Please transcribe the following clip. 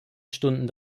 stunden